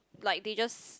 like they just